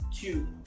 two